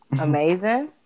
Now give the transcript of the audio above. Amazing